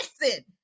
Listen